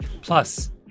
Plus